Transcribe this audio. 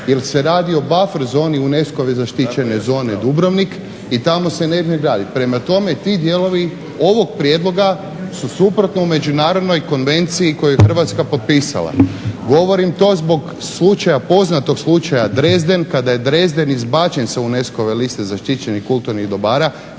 jer se radi o buffer zoni UNESCO-ve zaštićene zone Dubrovnik i tamo se nemre gradit. Prema tome, ti dijelovi ovog prijedloga su suprotno u međunarodnoj konvenciji koju je Hrvatska potpisala. Govorim to zbog slučaja poznatog slučaja Dresdren kada je Dresdren izbačen sa UNESCO-ve liste zaštićenih kulturnih dobara,